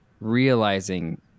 realizing